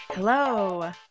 Hello